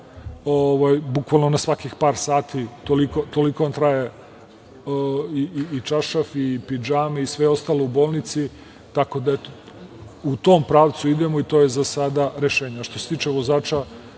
bukvalno na svakih par sati. Toliko vam traje i čaršaf i pidžame i sve ostalo u bolnici. Tako da, u tom pravcu idemo i to je za sada rešenje. Što se tiče vozača,